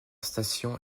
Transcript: station